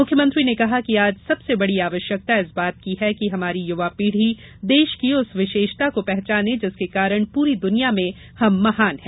मुख्यमंत्री ने कहा कि आज सबसे बड़ी आवश्यकता इस बात की है कि हमारी युवा पीढ़ी देश की उस विशेषता को पहचाने जिसके कारण पूरी दुनिया में हम महान हैं